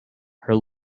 her